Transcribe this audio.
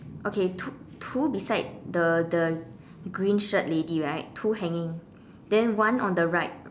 okay two two beside the the green shirt lady right two hanging then one on the right